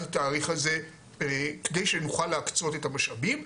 לתאריך הזה כדי שנוכל להקצות את המשאבים.